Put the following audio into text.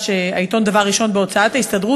העיתון "דבר ראשון" בהוצאת ההסתדרות,